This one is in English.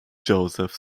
joseph